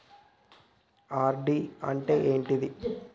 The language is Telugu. ఆర్.డి అంటే ఏంటిది?